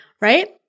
right